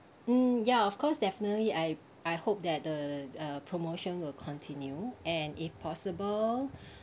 mm ya of course definitely I I hope that the uh promotion will continue and if possible